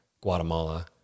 Guatemala